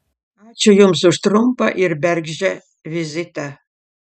ačiū jums už trumpą ir bergždžią vizitą